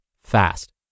fast